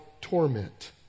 torment